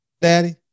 daddy